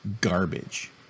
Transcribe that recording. garbage